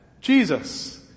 Jesus